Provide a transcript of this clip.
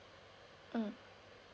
mm